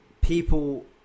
people